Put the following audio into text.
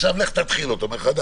ועכשיו לך תתחיל אותו מחדש.